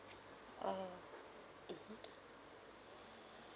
uh mmhmm